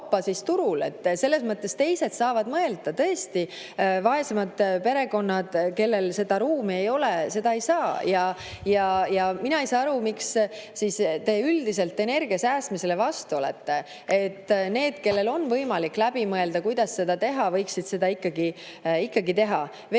Selle üle paljud saavad mõelda. Tõesti, vaesemad perekonnad, kellel seda ruumi ei ole, seda ei saa. Mina ei saa aru, miks te üldiselt energia säästmisele vastu olete. Need, kellel on võimalik läbi mõelda, kuidas seda teha, võiksid seda ikkagi teha.